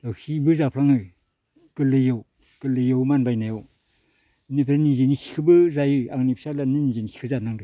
दाउखिबो जाफ्लांनाय गोरलैयाव गोरलैयाव मानबायनायाव इनिफ्राय निजिनि खिखोबो जायो आंनि फिसाज्लायानो निजिनि खिखोबो जानांदो